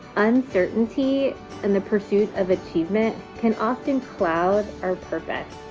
uncertainty in the pursuit of achievement can often cloud our purpose.